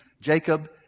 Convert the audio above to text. Jacob